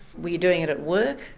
were you doing it at work?